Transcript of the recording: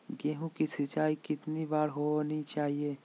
गेहु की सिंचाई कितनी बार होनी चाहिए?